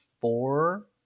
four